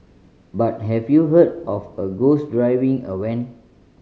but have you heard of a ghost driving a van